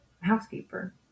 Housekeeper